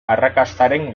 arrakastaren